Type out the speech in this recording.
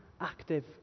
active